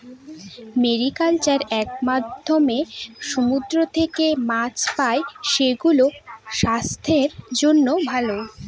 mariculture এর মাধ্যমে সমুদ্র থেকে মাছ পাই, সেগুলো স্বাস্থ্যের জন্য ভালো